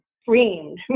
screamed